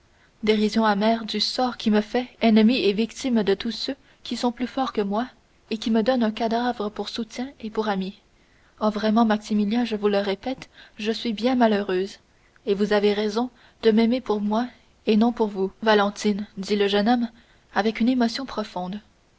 dérision amère du sort qui me fait ennemie et victime de tous ceux qui sont plus forts que moi et qui me donne un cadavre pour soutien et pour ami oh vraiment maximilien je vous le répète je suis bien malheureuse et vous avez raison de m'aimer pour moi et non pour vous valentine dit le jeune homme avec une émotion profonde